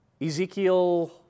Ezekiel